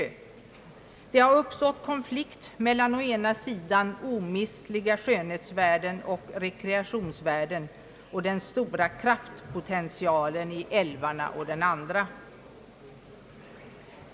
En konflikt har uppstått mellan å ena sidan omistliga skönhetsoch rekreationsvärden och å andra sidan den stora kraftpotentialen i älvarna.